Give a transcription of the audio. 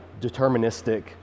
deterministic